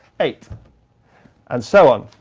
eight and so on.